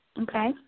okay